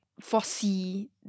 foresee